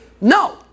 no